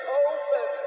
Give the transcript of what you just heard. open